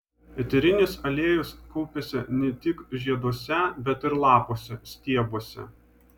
eterinis aliejus kaupiasi ne tik žieduose bet ir lapuose stiebuose